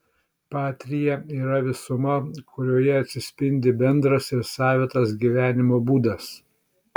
patria yra visuma kurioje atsispindi bendras ir savitas gyvenimo būdas